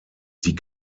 die